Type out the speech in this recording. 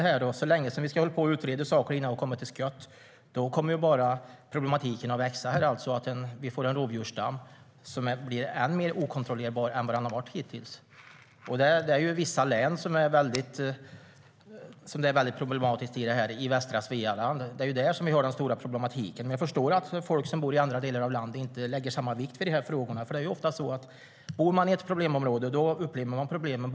Fortsätter vi att utreda utan att komma till skott kommer problemet att växa, och vi får en rovdjursstam som är ännu mer okontrollerbar än den har varit hittills. Det här är ett stort problem i vissa län i västra Svealand. Jag förstår att de som bor i andra delar av landet inte lägger samma vikt vid dessa frågor. Bor man i ett problemområde upplever man problemen.